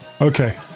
okay